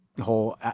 whole